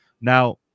Now